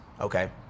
Okay